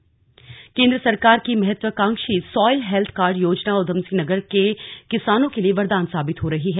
soil health card केंद्र सरकार की महत्वकांक्षी सॉयल हेल्थ कार्ड योजना ऊधमसिंह नगर के किसानों के लिए वरदान साबित हो रही है